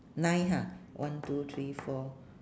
nine ha one two three four